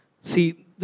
See